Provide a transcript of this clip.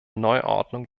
neuordnung